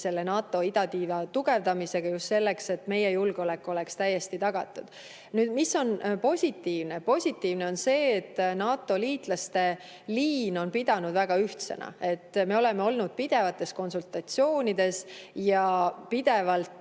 NATO idatiiva tugevdamisega, just selleks, et meie julgeolek oleks täiesti tagatud. Mis on positiivne? Positiivne on see, et NATO-liitlaste liin on pidanud, on olnud väga ühtne. Me oleme olnud pidevates konsultatsioonides ja meid